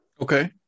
Okay